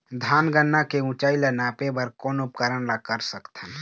धान गन्ना के ऊंचाई ला नापे बर कोन उपकरण ला कर सकथन?